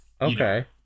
okay